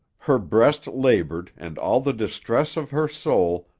her breast labored and all the distress of her soul,